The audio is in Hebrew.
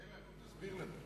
תסביר לנו.